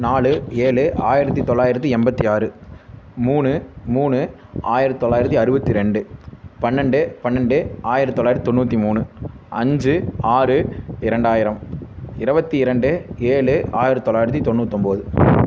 நாலு ஏழு ஆயிரத்து தொள்ளாயிரத்து எண்பத்தி ஆறு மூணு மூணு ஆயிரத்து தொள்ளாயிரத்து அறுபத்தி ரெண்டு பன்னெண்டு பன்னெண்டு ஆயிரத்து தொள்ளாயிரத்து தொண்ணூற்றி மூணு அஞ்சு ஆறு இரண்டாயிரம் இருபத்தி இரண்டு ஏழு ஆறு ஆயிரத்து தொள்ளாயிரத்து தொண்ணூத்தொம்பது